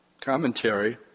commentary